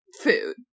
food